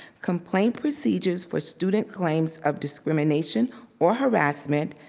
complaint procedures for student claims of discrimination or harassment,